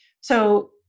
So-